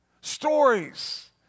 Stories